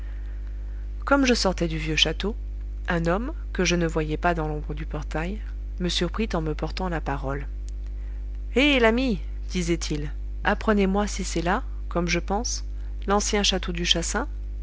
comme je sortais du vieux château un homme que je ne voyais pas dans l'ombre du portail me surprit en me portant la parole hé l'ami disait-il apprenez-moi si c'est là comme je pense l'ancien château du chassin